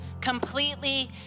completely